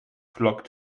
flock